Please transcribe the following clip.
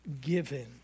given